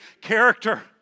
character